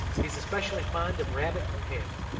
he is especially fond of rabbit and hare.